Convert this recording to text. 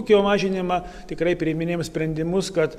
ūkio mažinimą tikrai priiminėjom sprendimus kad